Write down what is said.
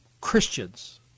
Christians